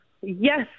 Yes